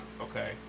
Okay